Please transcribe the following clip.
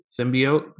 Symbiote